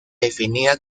definía